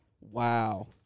Wow